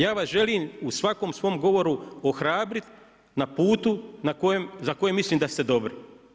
Ja vas želim u svakom svom govoru ohrabriti, na putu, za koje mislim da ste dobri.